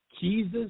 Jesus